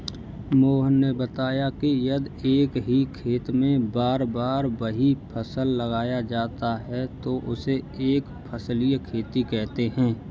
मोहन ने बताया कि यदि एक ही खेत में बार बार वही फसल लगाया जाता है तो उसे एक फसलीय खेती कहते हैं